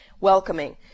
welcoming